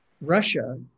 Russia